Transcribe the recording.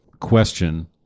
question